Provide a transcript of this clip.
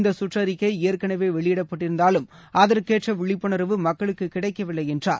இந்தசுற்றிக்கைஏற்கனவேவெளியிடப்பட்டிருந்தாலும் அகுற்கேற்றவிழிப்புணர்வு மக்களுக்குகிடைக்கவில்லைஎன்றார்